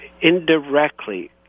indirectly